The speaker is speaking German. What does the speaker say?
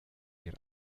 ihr